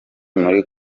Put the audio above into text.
muri